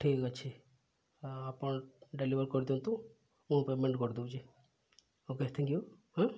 ଠିକ୍ ଅଛି ଆପଣ ଡେଲିଭର କରିଦିଅନ୍ତୁ ମୁଁ ପେମେଣ୍ଟ କରିଦେଉଛି ଓ କେ ଥ୍ୟାଙ୍କ ୟୁ ହଁ